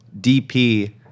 DP